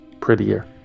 prettier